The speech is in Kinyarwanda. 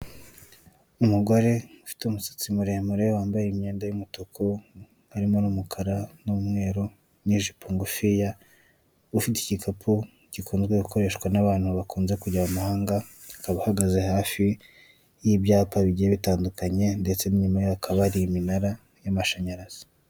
Umugore ufite umusatsi muremure wambaye imyenda y'umutuku, vharimo n'umukara n'umweru n'ijipo ngufiya, ufite igikapu gikunzwe gukoreshwa n'abantu bakunze kujya mu mahanga akaba ahagaze hafi y'ibyapa bigiye bitandukanye ndetse n'inyuma yaho hakaba hari iminara y'amashanyarazi.